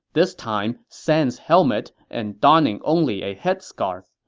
this time sans helmet and donning only a headscarf.